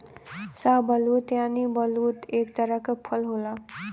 शाहबलूत यानि बलूत एक तरह क फल होला